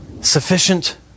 sufficient